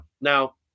now